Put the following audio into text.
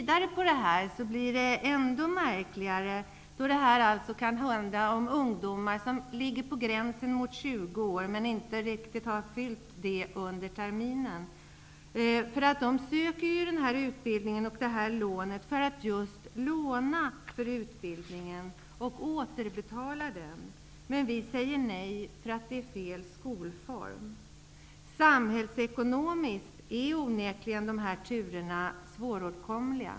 Det här blir ännu märkligare med hänsyn till att det här kan handla om ungdomar som ligger på gränsen till 20 år men inte har fyllt det under terminen. De söker ju lånet för att just gå utbildningen och återbetala det, men vi säger nej därför att det är fel skolform. Samhällsekonomiskt är de här turerna onekligen svåråtkomliga.